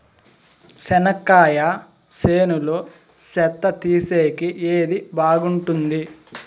చెనక్కాయ చేనులో చెత్త తీసేకి ఏది బాగుంటుంది?